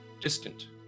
distant